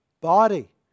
body